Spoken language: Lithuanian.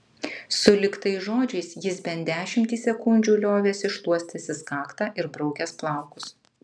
sulig tais žodžiais jis bent dešimtį sekundžių liovėsi šluostęsis kaktą ir braukęs plaukus